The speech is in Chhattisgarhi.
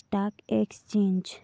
stock exchange